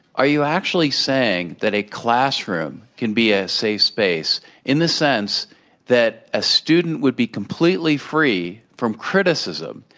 are you actually saying that a classroom can be a safe space in the sense that a student would be completely free from criticism